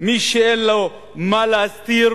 מי שאין לו מה להסתיר